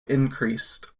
increased